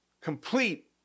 complete